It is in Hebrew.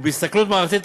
ובהסתכלות מערכתית,